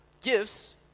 gifts